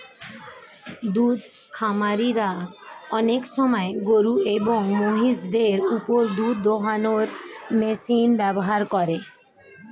দুদ্ধ খামারিরা অনেক সময় গরুএবং মহিষদের ওপর দুধ দোহানোর মেশিন ব্যবহার করেন